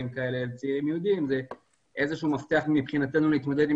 לצעירים יהודים ואיזשהו מפתח מבחינתנו להתמודד עם